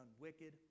wicked